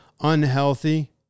unhealthy